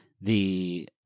the-